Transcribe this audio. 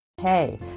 Hey